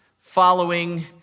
following